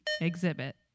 Exhibit